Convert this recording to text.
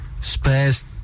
Spares